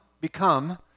become